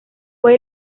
fue